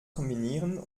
kombinieren